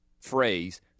phrase